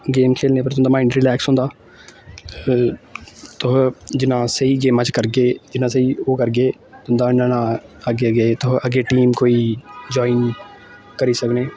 game खेलने पर तुंदा माइंड रिलैक्स होंदा तुस जिन्ना स्हेई गेमां च करगे जिन्ना स्हेई ओह् करगे तुंदा इन्ना न अग्गें अग्ग ते अग्गें टीम कोई जाइन करी सकने